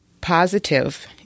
Positive